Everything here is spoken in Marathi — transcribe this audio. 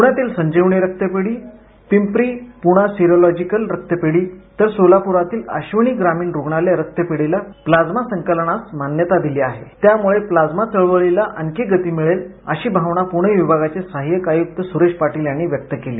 पूण्यातील संजीवनी रक्तपेढी पिंपरी पूना सेरोलॉजिकल रक्तपेढी तर सोलापुरातील अश्विनी ग्रामीण रुग्णालय रक्तपेढीला प्लाझ्मा संकलनास मान्यता दिली आहे त्यामुळे प्लाझ्मा चळवळीला आणखी गती मिळेल अशी भावना प्णे विभागाचे सहायक आयुक्त सुरेश पाटील यांनी व्यक्त केली